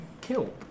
killed